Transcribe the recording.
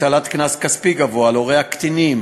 הטלת קנס כספי גבוה על הורי הקטינים,